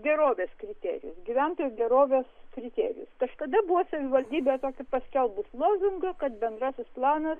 gerovės kriterijus gyventojų gerovės kriterijus kažkada buvo savivaldybė tokį paskelbus lozungą kad bendrasis planas